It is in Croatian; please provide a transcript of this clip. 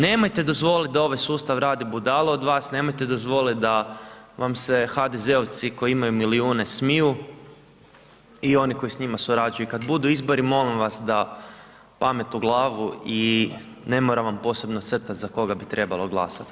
Nemojte dozvoliti da ovaj sustav radi budalu od vas, nemojte dozvoliti da vam se HDZ-ovci koji imaju milijune smiju i oni koji s njima surađuju i kada budu izbori, molim vas, da pamet u glavu i ne moram vam posebno crtati za kog bi trebalo glasati.